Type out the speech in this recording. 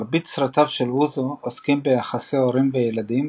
מרבית סרטיו של אוזו עוסקים ביחסי הורים-ילדים,